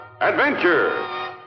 Adventure